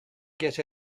get